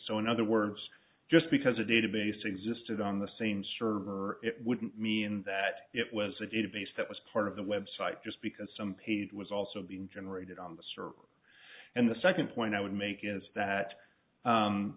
so in other words just because a database existed on the same server it wouldn't mean that it was a database that was part of the website just because some paid was also being generated on the server and the second point i would make is that